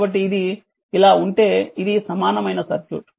కాబట్టి ఇది ఇలా ఉంటే ఇది సమానమైన సర్క్యూట్